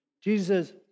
Jesus